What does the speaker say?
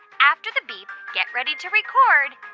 after the beep, get ready to record